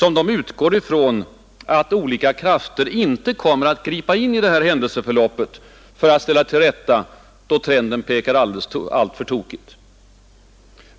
att de utgår från att olika krafter inte kommer att gripa in i händelseförloppet för att ställa till rätta då trenden pekar alltför tokigt.